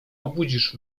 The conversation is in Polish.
obudzisz